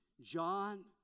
John